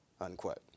unquote